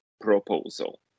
proposal